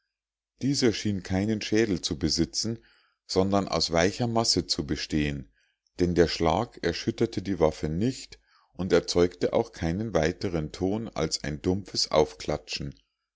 dieser schien keinen schädel zu besitzen sondern aus weicher masse zu bestehen denn der schlag erschütterte die waffe nicht und erzeugte auch keinen weiteren ton als ein dumpfes aufklatschen